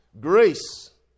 grace